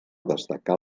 destacar